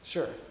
Sure